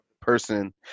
person